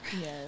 Yes